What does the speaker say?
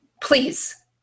Please